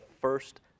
first